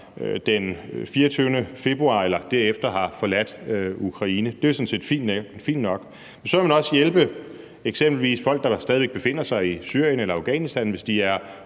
den 24. februar eller derefter har forladt Ukraine, hvilket jo sådan set er fint nok – så også vil hjælpe eksempelvis folk, der stadig væk befinder sig i Syrien eller Afghanistan, hvis de er